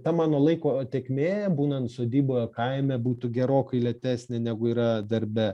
ta mano laiko tėkmė būnant sodyboje kaime būtų gerokai lėtesnė negu yra darbe